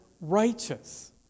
righteous